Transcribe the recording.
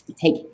take